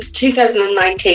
2019